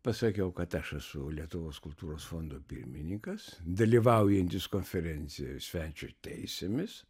pasakiau kad aš esu lietuvos kultūros fondo pirmininkas dalyvaujantis konferencijoj svečio teisėmis